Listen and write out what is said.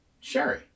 Sherry